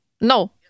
No